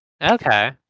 Okay